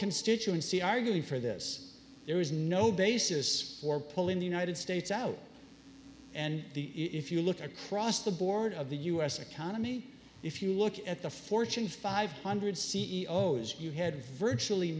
constituency arguing for this there is no basis for pulling the united states out and if you look across the board of the u s economy if you look at the fortune five hundred c e o s you had virtually